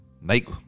make